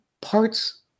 parts